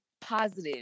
positive